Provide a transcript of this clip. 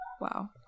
Wow